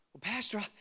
Pastor